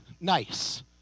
nice